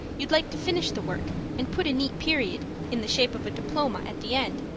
you'd like to finish the work, and put a neat period, in the shape of a diploma, at the end.